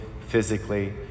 physically